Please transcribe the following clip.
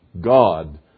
God